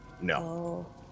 No